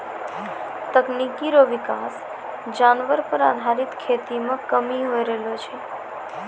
तकनीकी रो विकास जानवर पर आधारित खेती मे कमी होय रहलो छै